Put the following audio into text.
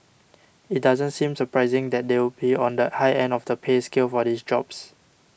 it doesn't seem surprising that they would be on the high end of the pay scale for these jobs